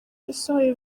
yasohoye